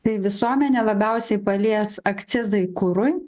tai visuomenę labiausiai palies akcizai kurui